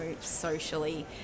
socially